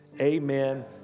amen